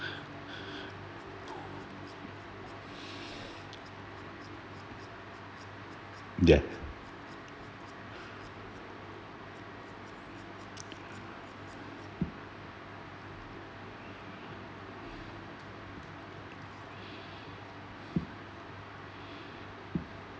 ya